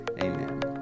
Amen